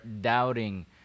doubting